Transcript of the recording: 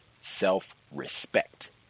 self-respect